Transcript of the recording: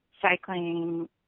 cycling